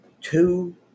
two